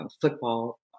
football